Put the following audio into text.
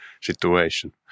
situation